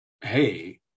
hey